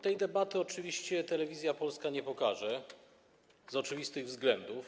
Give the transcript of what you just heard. Tej debaty oczywiście Telewizja Polska nie pokaże z oczywistych względów.